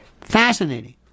fascinating